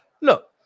Look